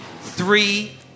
Three